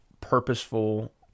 purposeful